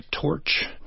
torch